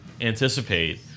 anticipate